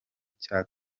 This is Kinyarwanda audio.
cya